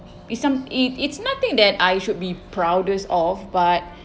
it's some~ it it's nothing that I should be proudest of but